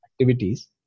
activities